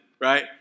right